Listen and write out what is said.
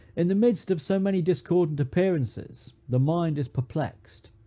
in the midst of so many discordant appearances, the mind is perplexed,